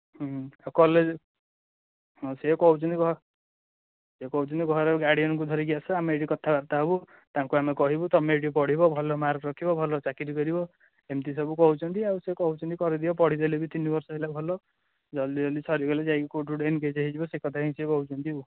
college ହଁ ସେ କହୁଛନ୍ତି ଘ ସେ କହୁଛନ୍ତି ଘରେ ଗଡିଆନ୍ଙ୍କୁ ଧରିକି ଆସ ଆମେ ଏଇଠି କଥାବାର୍ତ୍ତା ହେବୁ ତାଙ୍କୁ ଆମେ କହିବୁ ତମେ ଏଠି ପଢ଼ିବ ଭଲ ମାର୍କ୍ ରଖିବ ଭଲ ଚାକିରୀ କରିବ ଏମିତି ସବୁ କହୁଛନ୍ତି ଆଉ ସେ କହୁଛନ୍ତି କରିଦିଅ ପଢି ଦେଲେ ବି ତିନି ବର୍ଷ ଭଲ ଜଲ୍ଦି ଜଲ୍ଦି ସରିଗଲେ ଯାଇକି କେଉଁଠି ଗୋଟେ ଏନ୍ଗେଜ୍ ହୋଇଯିବ ସେଇକଥା ସେ କହୁଛନ୍ତି ଆଉ